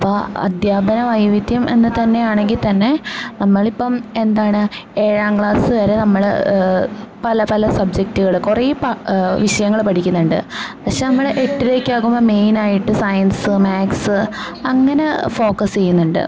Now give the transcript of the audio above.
ഇപ്പം അധ്യാപന വൈവിധ്യം എന്ന് തന്നെ ആണെങ്കിൽ തന്നെ നമ്മളിപ്പം എന്താണ് ഏഴാം ക്ലാസ് വരെ നമ്മള് പലപല സബ്ജറ്റുകള് കുറെ പ വിഷയങ്ങള് പഠിക്കുന്നുണ്ട് പക്ഷേ നമ്മള് എട്ടിലേക്കാവുമ്പോൾ മെയിനായിട്ട് സയൻസ്സ് മാത്സ് അങ്ങനെ ഫോക്കസ് ചെയ്യുന്നുണ്ട്